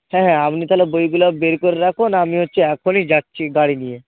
হ্যাঁ হ্যাঁ আপনি তাহলে বইগুলো বের করে রাখুন আমি হচ্ছে এখনই যাচ্ছি গাড়ি নিয়ে